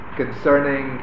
concerning